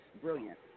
brilliant